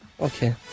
Okay